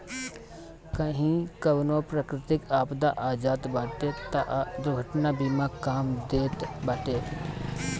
कही कवनो प्राकृतिक आपदा आ जात बाटे तअ दुर्घटना बीमा काम देत बाटे